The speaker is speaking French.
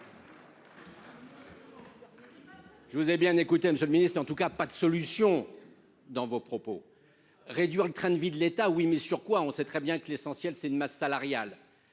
Je vous ai bien écouté, monsieur le ministre, et je n’ai pas entendu de solution dans vos propos. Réduire le train de vie de l’État ? Oui, mais sur quoi ? Nous savons très bien que l’essentiel, c’est la masse salariale.